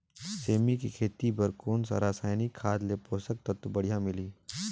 सेमी के खेती बार कोन सा रसायनिक खाद ले पोषक तत्व बढ़िया मिलही?